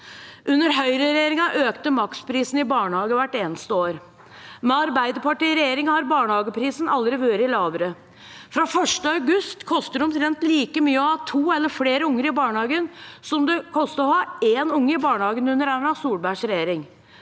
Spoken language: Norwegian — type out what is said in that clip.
Under høyreregjeringen økte maksprisene i barnehage hvert eneste år. Med Arbeiderpartiet i regjering har barnehageprisene aldri vært lavere. Fra 1. august koster det omtrent like mye å ha to eller flere barn i barnehagen som det kostet å ha ett barn i barnehagen under Erna Solbergs regjering.